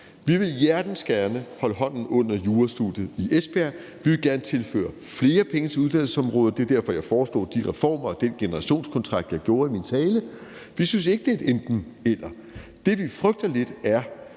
Vi vil hjertensgerne holde hånden under jurastudiet i Esbjerg; vi vil gerne tilføre flere penge til uddannelsesområdet. Det er derfor, jeg i min tale foreslog de reformer og den generationskontrakt, jeg gjorde. Vi synes ikke, det er et enten-eller. Det, vi lidt frygter, er,